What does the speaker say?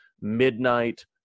midnight